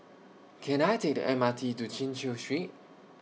Can I Take The M R T to Chin Chew Street